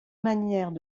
manières